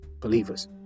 believers